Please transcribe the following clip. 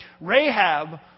Rahab